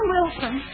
Wilson